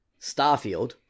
Starfield